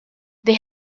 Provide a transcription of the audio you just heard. they